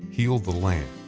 heal the land,